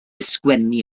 sgwennu